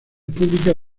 públicas